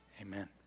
Amen